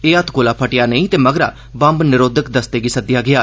एह् हत्थगोला फटेया नेईं ते मगरा बंब निरोधक दस्ते गी सद्देया गेआ